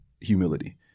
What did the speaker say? humility